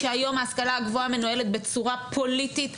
שהיום ההשכלה הגבוהה מנוהלת בצורה פוליטית,